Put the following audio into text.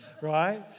Right